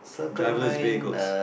driverless vehicles